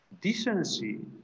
decency